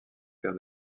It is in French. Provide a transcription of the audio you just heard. père